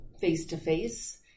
face-to-face